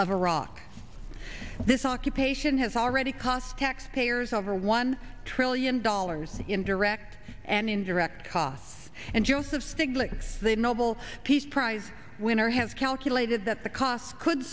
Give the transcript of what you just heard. of iraq this occupation has already cost taxpayers over one trillion dollars in direct and indirect costs and joseph stiglitz the noble peace prize winner has calculated that the cost could